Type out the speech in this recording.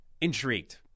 intrigued